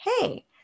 hey